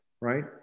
right